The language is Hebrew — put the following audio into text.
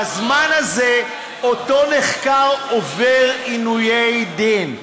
בזמן הזה אותו נחקר עובר עינויי דין.